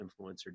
influencer